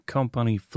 Company